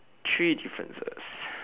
three differences